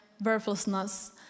worthlessness